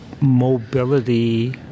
mobility